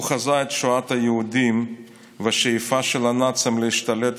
הוא חזה את שואת היהודים והשאיפה של הנאצים להשתלט